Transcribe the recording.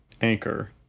anchor